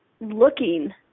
looking